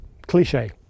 cliche